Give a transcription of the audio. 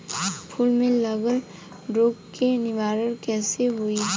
फूल में लागल रोग के निवारण कैसे होयी?